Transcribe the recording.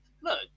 look